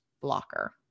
blocker